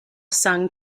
sung